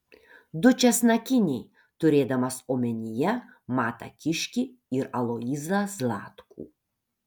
du česnakiniai turėdamas omenyje matą kiškį ir aloyzą zlatkų